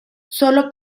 sólo